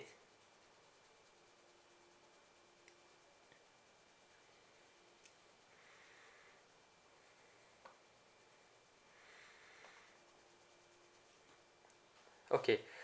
okay